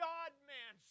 God-man